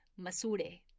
masure